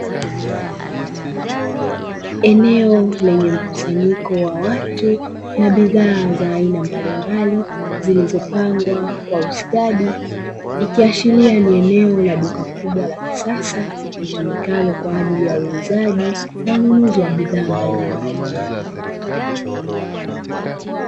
Eneo lenye mkusanyiko wa watu na bidhaa za aina mbalimbali zilizopangwa kwa ustadi, ikiashiria ni eneo la duka kubwa la kisasa litumikalo kwaajili ya uuzaji na ununuzi wa bidhaa mbalimbali.